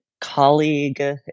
Colleague